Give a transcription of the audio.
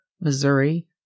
Missouri